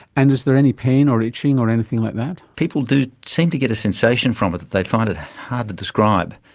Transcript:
and is there any pain or itching or anything like that? people do seem to get a sensation from it that they find hard to describe.